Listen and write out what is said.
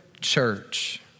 church